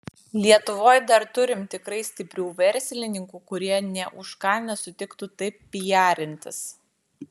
lietuvoj dar turim tikrai stiprių verslininkų kurie nė už ką nesutiktų taip pijarintis